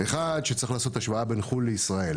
אחד, שצריך לעשות השוואה בין חו"ל לישראל.